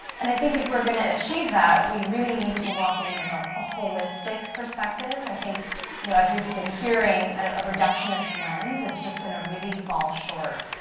and i think if we are going to achieve that, we really need to walk in with ah a holistic perspective, i think you know as we have been hearing, and a reductionist lens is just going to really fall short,